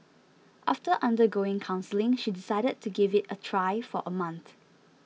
after undergoing counselling she decided to give it a try for a month